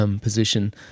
position